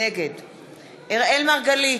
נגד אראל מרגלית,